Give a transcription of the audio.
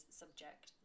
subject